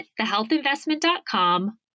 thehealthinvestment.com